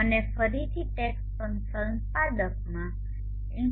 મને ફરીથી ટેક્સ્ટ સંપાદકમાં insolation